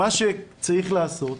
מה שצריך לעשות,